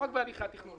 לא רק בהליכי התכנון,